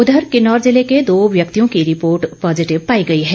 उधर किन्नौर जिले के दो व्यक्तियों की रिपोर्ट पॉजिटिव पाई गई है